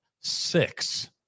six